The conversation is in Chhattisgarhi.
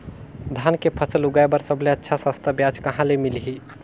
धान के फसल उगाई बार सबले अच्छा सस्ता ब्याज कहा ले मिलही?